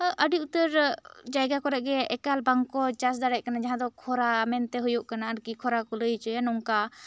ᱟᱹᱰᱤ ᱩᱛᱟᱹᱨ ᱡᱟᱭᱜᱟ ᱠᱚᱨᱮ ᱜᱮ ᱮᱠᱟᱞ ᱵᱟᱝ ᱠᱚ ᱪᱟᱥ ᱫᱟᱲᱮᱭᱟᱜ ᱠᱟᱱᱟ ᱡᱟᱦᱟᱸ ᱫᱚ ᱠᱷᱚᱨᱟ ᱢᱮᱱ ᱛᱮ ᱦᱩᱭᱩᱜ ᱠᱟᱱᱟ ᱟᱨᱠᱤ ᱠᱷᱚᱨᱟ ᱠᱚ ᱞᱟᱹᱭ ᱚᱪᱚᱭᱟ ᱱᱚᱝᱠᱟ